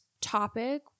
topic